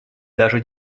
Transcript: даже